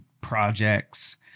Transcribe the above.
projects